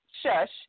shush